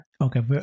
Okay